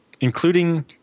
including